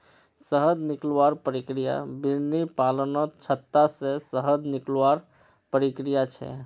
शहद निकलवार प्रक्रिया बिर्नि पालनत छत्ता से शहद निकलवार प्रक्रिया छे